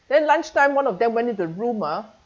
then lunch time one of them went into the room ah